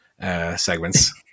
segments